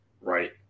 right